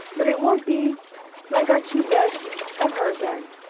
but it won't be like our two beds ever again.